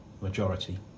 majority